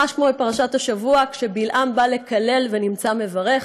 ממש כמו בפרשת השבוע, כשבלעם בא לקלל ונמצא מברך.